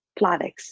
Plavix